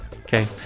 okay